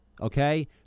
Okay